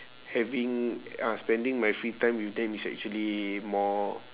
having ah spending my free time with them is actually more